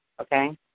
okay